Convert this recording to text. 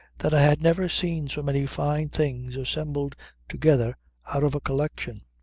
that i had never seen so many fine things assembled together out of a collection.